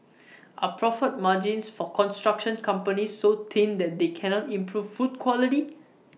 are profit margins for construction companies so thin that they cannot improve food quality